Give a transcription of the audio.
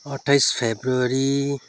अठ्ठाइस फेब्रुअरी